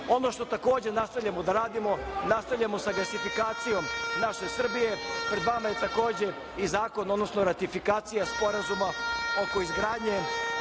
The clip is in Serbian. što takođe nastavljamo da radimo, nastavljamo sa gasifikacijom naše Srbije. Pred vama je takođe i zakon, odnosno ratifikacija Sporazuma oko izgradnje